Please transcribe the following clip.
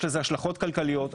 יש לזה השלכות כלכליות,